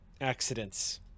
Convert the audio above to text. accidents